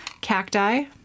cacti